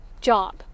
job